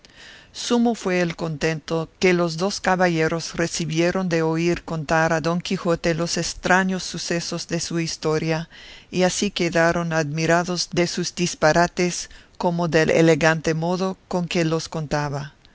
sumo fue el contento que los dos caballeros recibieron de oír contar a don quijote los estraños sucesos de su historia y así quedaron admirados de sus disparates como del elegante modo con que los contaba